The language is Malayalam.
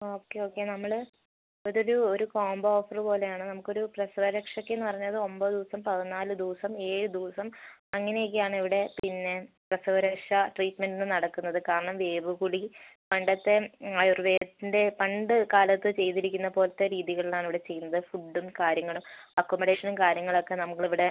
ഓക്കെ ഓക്കെ നമ്മൾ ഇത് ഒരു ഒരു കോമ്പോ ഓഫർ പോലെയാണ് നമുക്കൊരു പ്രസവരക്ഷക്ക് എന്ന് പറഞ്ഞാൽ അത് ഒരു ഒമ്പത് ദിവസം പതിനാല് ദിവസം ഏഴ് ദിവസം അങ്ങനെ ഒക്കെയാണ് ഇവിടെ പിന്നെ പ്രസവരക്ഷ ട്രീറ്റ്മെൻറ്റ്സ് നടക്കുന്നത് കാരണം വേവ് പൊടി പണ്ടത്തെ ആയുർവേദത്തിൻ്റെ പണ്ട് കാലത്ത് ചെയ്തിരിക്കുന്ന പോലത്തെ രീതികളിൽ നിന്നാണ് ഇവിടെ ചെയ്യുന്നത് ഫുഡും കാര്യങ്ങളും അക്കോമഡേഷനും കാര്യങ്ങളും ഒക്കെ നമ്മൾ ഇവിടെ